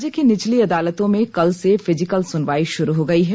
राज्य की निचली अदालतों में कल से फिजिकल सुनवाई शुरू हो गयी है